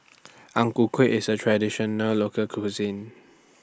Ang Ku Kueh IS A Traditional Local Cuisine